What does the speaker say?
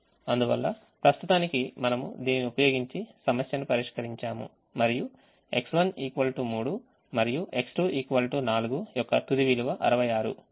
అందువల్ల ప్రస్తుతానికి మనముదీనిని ఉపయోగించి సమస్యను పరిష్కరించాము మరియు X1 3 మరియు X2 4 యొక్క తుది విలువ 66